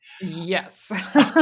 Yes